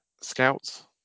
scouts